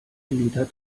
liter